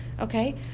okay